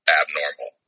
abnormal